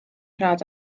rhad